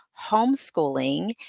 homeschooling